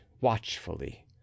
watchfully